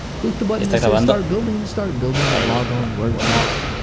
click the button that says start building to start building your blog on wordpress.